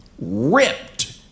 ripped